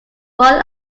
ron